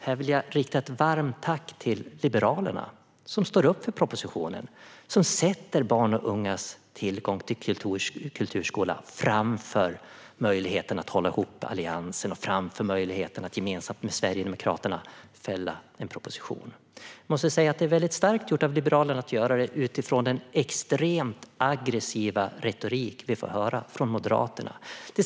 Här vill jag rikta ett varmt tack till Liberalerna, som står upp för propositionen och sätter barns och ungdomars tillgång till kulturskola framför möjligheten att hålla ihop Alliansen och framför möjligheten att gemensamt med Sverigedemokraterna fälla en proposition. Jag måste säga att det är starkt gjort av Liberalerna att göra detta, utifrån den extremt aggressiva retorik vi får höra från Moderaterna.